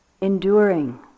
Enduring